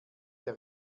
der